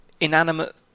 inanimate